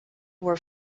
were